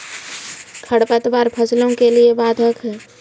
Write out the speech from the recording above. खडपतवार फसलों के लिए बाधक हैं?